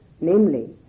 namely